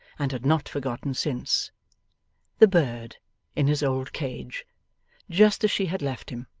and had not forgotten since the bird in his old cage just as she had left him.